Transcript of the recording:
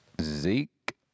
Zeke